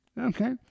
okay